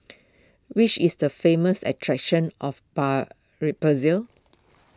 which is the famous attractions of bar re Brazil